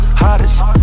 hottest